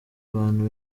bantu